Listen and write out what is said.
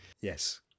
Yes